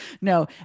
no